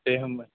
दे होनबा